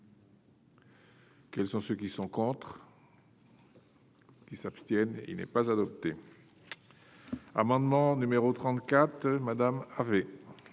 Quels sont ceux qui sont contre, ils s'abstiennent, il n'est pas adopté un amendement numéro 34 Madame avait.